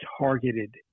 targeted